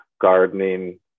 gardening